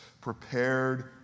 prepared